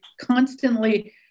constantly